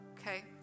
okay